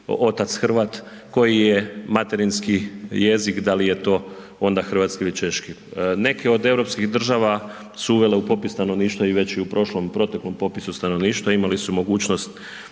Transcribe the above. otac Hrvat koji je materinski jezik. Da li je to onda hrvatski ili češki? Neke od europskih država su uvele u popis stanovništva i već u prošlom, proteklom popisu stanovništva imali su mogućnost